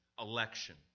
election